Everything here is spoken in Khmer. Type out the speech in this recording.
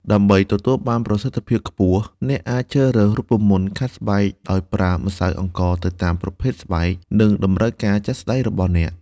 ដើម្បីទទួលបានប្រសិទ្ធភាពខ្ពស់ អ្នកអាចជ្រើសរើសរូបមន្តខាត់ស្បែកដោយប្រើម្សៅអង្ករទៅតាមប្រភេទស្បែក និងតម្រូវការជាក់ស្តែងរបស់អ្នក។